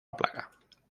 plaga